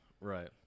right